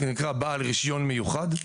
זה נקרא בעל רישיון מיוחד.